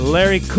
Larry